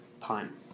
time